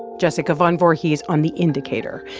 jessica van voorhees on the indicator.